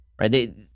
Right